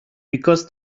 because